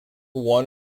one